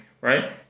right